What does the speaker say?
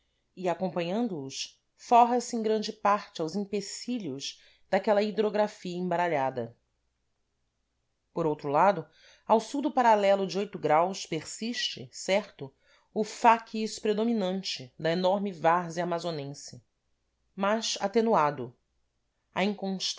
e acompanhando os forra se em grande parte aos empecilhos daquela hidrografia embaralhada por outro lado ao sul do paralelo de o persiste certo o facies predominante da enorme várzea amazonense mas atenuado